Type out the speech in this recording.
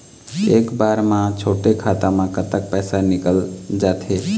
एक बार म छोटे खाता म कतक पैसा निकल जाथे?